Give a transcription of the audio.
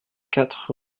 quatre